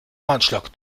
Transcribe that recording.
anschlag